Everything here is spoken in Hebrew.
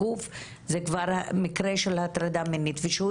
ייענש מהצד הזה לפחות.